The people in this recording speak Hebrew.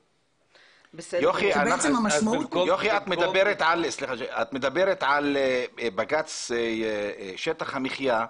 יוכי, את מדברת על בג"ץ שטח המחיה,